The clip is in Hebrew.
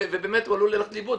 ובאמת הוא עלול ללכת לאיבוד,